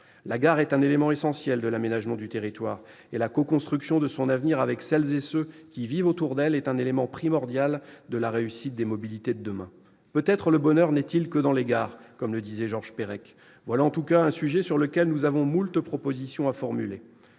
La gare est un élément essentiel de l'aménagement du territoire et la coconstruction de son avenir avec celles et ceux qui vivent autour d'elle est une condition primordiale de la réussite des mobilités de demain. « Peut-être le bonheur n'est-il que dans les gares ?», disait Georges Perec. Voilà en tout cas un sujet sur lequel nous avons moult propositions à formuler.